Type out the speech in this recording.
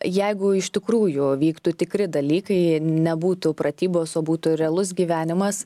jeigu iš tikrųjų vyktų tikri dalykai nebūtų pratybos o būtų realus gyvenimas